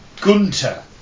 Gunter